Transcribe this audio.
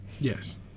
Yes